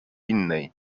innej